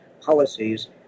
policies